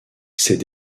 c’est